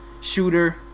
Shooter